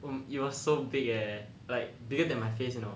um it was so big eh like bigger than my face you know